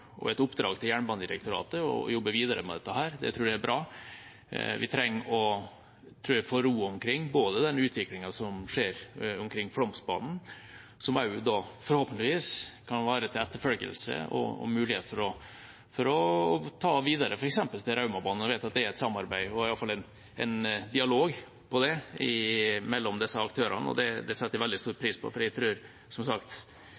et oppdrag til Jernbanedirektoratet og å jobbe videre med dette. Det tror jeg er bra. Vi trenger, tror jeg, å få ro omkring den utviklingen som skjer med Flåmsbanen, som også forhåpentligvis kan være et eksempel til etterfølgelse og en mulighet å ta videre, f.eks. til Raumabanen. Jeg vet at det er et samarbeid, i alle fall en dialog om det, mellom disse aktørene. Det setter jeg veldig stor pris på, for jeg tror, som sagt,